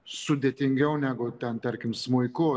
sudėtingiau negu ten tarkim smuiku